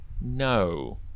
No